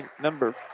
number